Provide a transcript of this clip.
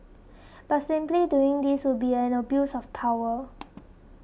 but simply doing this would be an abuse of power